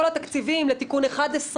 כל הכספים לתיקון 11,